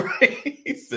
Right